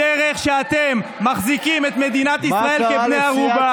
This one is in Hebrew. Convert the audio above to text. הדרך שאתם מחזיקים את מדינת ישראל כבני ערובה.